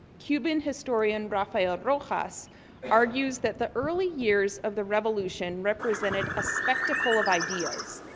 cuban historian rafael rojas argues that the early years of the revolution represented a spectacle of ideas,